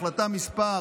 החלטה מס'